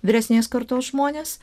vyresnės kartos žmonės